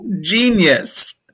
Genius